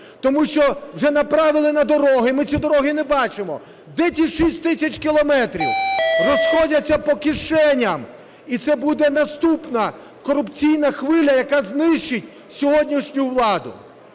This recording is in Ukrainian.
Тому що вже направили на дороги - ми ці дороги не бачимо. Де ті 6 тисяч кілометрів? Розходяться по кишеням. І це буде наступна корупційна хвиля, яка знищить сьогоднішню владу.